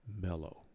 mellow